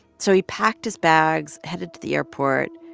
so he packed his bags, headed to the airport.